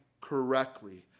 correctly